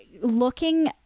looking